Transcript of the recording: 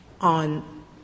on